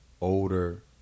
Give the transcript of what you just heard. older